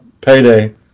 payday